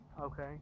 okay